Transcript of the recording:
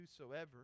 whosoever